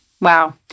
Wow